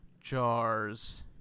jars